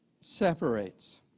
separates